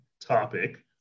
topic